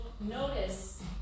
Notice